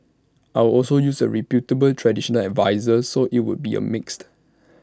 I'd also use A reputable traditional adviser so IT would be A mix